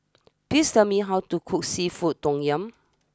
please tell me how to cook Seafood Tom Yum